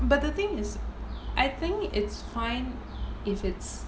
but the thing is I think it's fine if it's